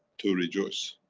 to rejoice,